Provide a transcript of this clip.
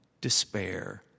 despair